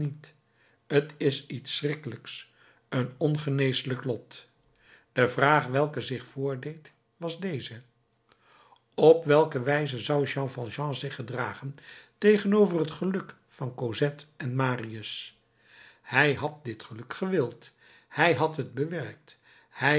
t is iets schrikkelijks een ongeneeslijk lot de vraag welke zich voordeed was deze op welke wijze zou jean valjean zich gedragen tegenover het geluk van cosette en marius hij had dit geluk gewild hij had het bewerkt hij